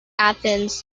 athens